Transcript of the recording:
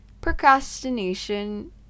procrastination